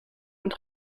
und